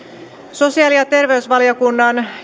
sosiaali ja terveysvaliokunnan